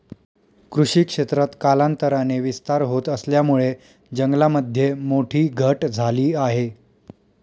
कृषी क्षेत्रात कालांतराने विस्तार होत असल्यामुळे जंगलामध्ये मोठी घट झाली आहे